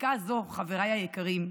חקיקה זו, חבריי היקרים,